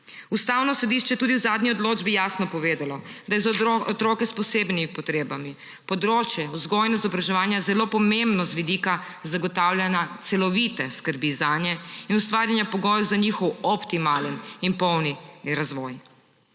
Ustavno sodišče je tudi v zadnji odločbi jasno povedalo, da je za otroke s posebnimi potrebami področje vzgojne in izobraževanja zelo pomembno z vidika zagotavljanja celovite skrbi zanje in ustvarjanja pogojev za njihov optimalen in polni razvoj,